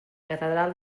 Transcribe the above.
catedral